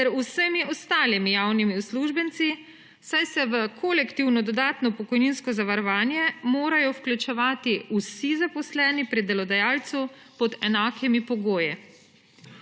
ter vsemi ostalimi javnimi uslužbenci, saj se v kolektivno dodatno pokojninsko zavarovanje morajo vključevati vsi zaposleni pri delodajalcu pod enakimi pogoji.